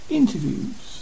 interviews